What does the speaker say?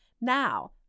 Now